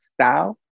style